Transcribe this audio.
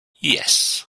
yes